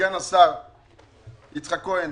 לסגן השר יצחק כהן,